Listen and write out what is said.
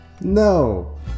No